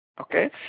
okay